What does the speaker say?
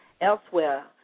elsewhere